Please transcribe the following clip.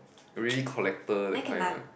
really collector that kind one